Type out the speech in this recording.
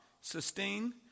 sustain